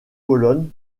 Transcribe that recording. pologne